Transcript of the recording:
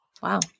Wow